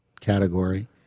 category